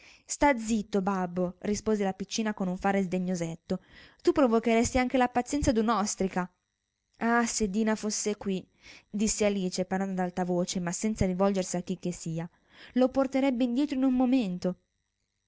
sta zitto babbo rispose la piccina con un fare sdegnosetto tu provocheresti anche la pazienza d'un'ostrica ah se dina fosse quì disse alice parlando ad alta voce ma senza rivolgersi a chi che sia lo porterebbe indietro in un momento